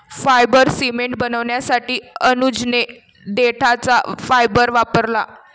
fibre cement बनवण्यासाठी अनुजने देठाचा फायबर वापरला